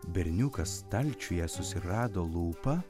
berniukas stalčiuje susirado lūpą